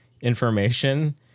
information